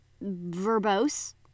verbose